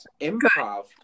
improv